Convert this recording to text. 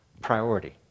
priority